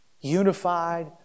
unified